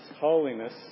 holiness